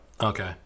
Okay